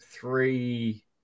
three